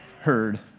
heard